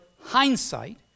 hindsight